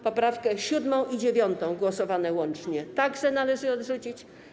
Poprawki 7. i 9. głosowane łącznie także należy odrzucić.